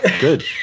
Good